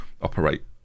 operate